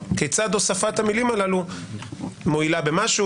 כיצד הוספת המילים הללו מועילה במשהו.